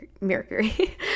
Mercury